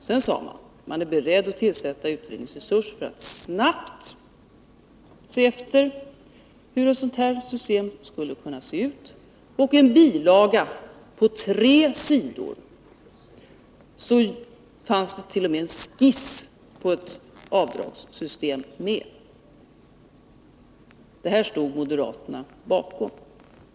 Sedan sade han att man är beredd att sätta in utredningsresurser för att snabbt se efter hur ett sådant här system skulle kunna se ut. I en bilaga på tre sidor fanns t.o.m. en skiss på ett avdragssystem med. Detta stod moderaterna bakom.